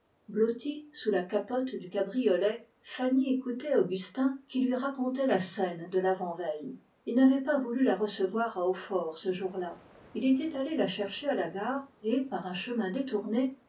blottie sous la capote du cabriolet fanny écoutait augustin qui lui racontait la scène de l'avant-veille il n'avait pas voulu la recevoir à hautfort ce jour-là il était allé la chercher à la gare et par un chemin détourné